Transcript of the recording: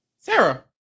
Sarah